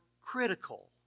critical